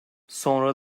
sonra